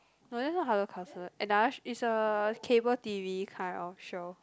no that's not Hello-Counselor another it's a cable T_V kind of show